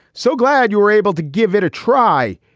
so glad you were able to give it a try.